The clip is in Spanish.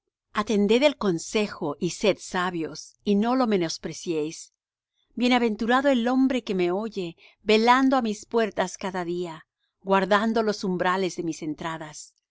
atended el consejo y sed sabios y no lo menospreciéis bienaventurado el hombre que me oye velando á mis puertas cada día guardando los umbrales de mis entradas